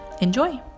Enjoy